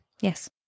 Yes